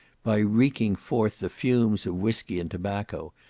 by reeking forth the fumes of whiskey and tobacco,